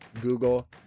Google